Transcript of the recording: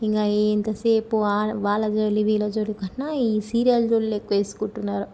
ఇంకా ఎంతసేపు ఆ వాళ్ళ జోళ్ళి వీళ్ళ జోళ్ళికన్నా ఈ సీరియల్ జోలులు ఎక్కువ వేసుకుంటున్నారు